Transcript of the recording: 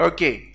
Okay